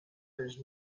cents